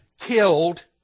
killed